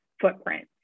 footprint